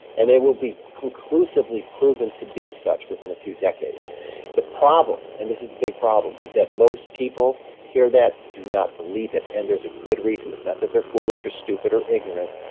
and they will be conclusively proven to be such within a few decades the problem, and this is the big problem, is that most people hear that do not believe it and there's a good reason. it's not that they're foolish or stupid or ignorant.